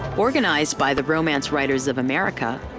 organized by the romance writers of america,